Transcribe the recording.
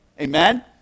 Amen